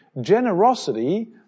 generosity